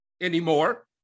anymore